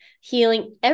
healing